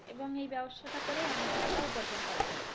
এবং এই ব্যবসাটা করে অনেক টাকা উপার্জন করা যায়